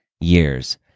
years